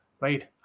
right